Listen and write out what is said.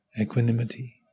equanimity